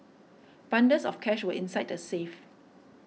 bundles of cash were inside the safe